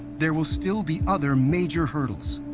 there will still be other major hurdles,